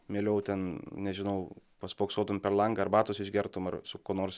mieliau ten nežinau paspoksotum per langą arbatos išgertum ar su kuo nors